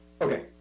Okay